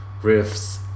riffs